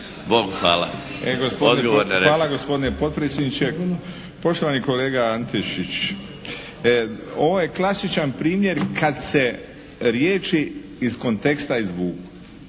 Jozo (HDZ)** Hvala gospodine potpredsjedniče. Poštovani kolega Antešić, ovo je klasičan primjer kad se riječi iz konteksta izvuku.